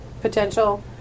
potential